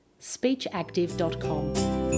speechactive.com